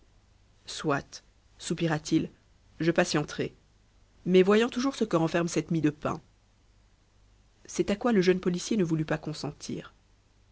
soit soupira-t-il je patienterai mais voyons toujours ce que renferme cette mie de pain c'est à quoi le jeune policier ne voulut pas consentir